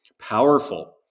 powerful